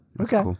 Okay